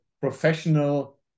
professional